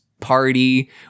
Party